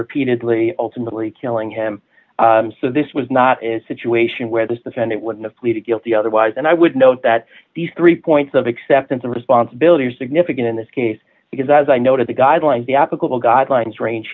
repeatedly ultimately killing him so this was not a situation where this defendant wouldn't pleaded guilty otherwise and i would note that these three the points of acceptance of responsibility are significant in this case because as i noted the guidelines the applicable guidelines range